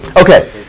Okay